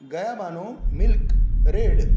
गयामानू milk red